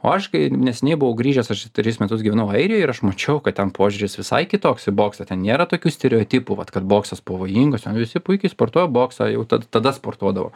o aš kai neseniai buvau grįžęs aš tris metus gyvenau airijoj ir aš mačiau kad ten požiūris visai kitoks į boksą ten nėra tokių stereotipų vat kad boksas pavojingas ten visi puikiai sportuoja boksą jau ta tada sportuodavo